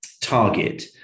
target